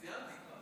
סיימתי כבר.